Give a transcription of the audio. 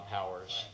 Powers